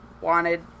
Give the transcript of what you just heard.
wanted